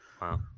Wow